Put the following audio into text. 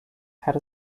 had